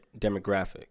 demographic